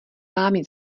vámi